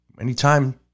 Anytime